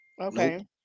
Okay